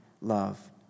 love